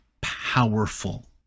powerful